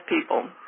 people